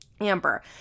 Amber